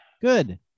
Good